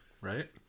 Right